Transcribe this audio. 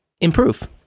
improve